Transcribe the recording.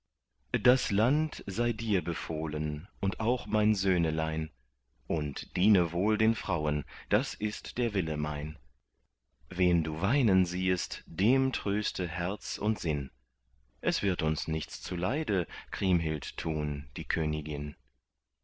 das land sei dir befohlen und auch mein söhnelein und diene wohl den frauen das ist der wille mein wen du weinen siehest dem tröste herz und sinn es wird uns nichts zuleide kriemhild tun die königin